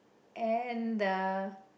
and the